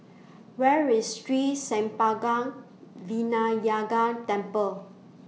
Where IS Sri Senpaga Vinayagar Temple